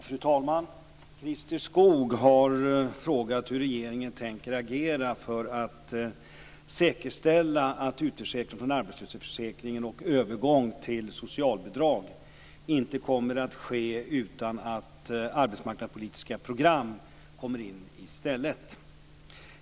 Fru talman! Christer Skoog har frågat hur regeringen tänker agera för att säkerställa att utförsäkring från arbetslöshetsförsäkringen och övergång till socialbidrag inte kommer att ske, utan att arbetsmarknadspolitiska program kommer in i stället.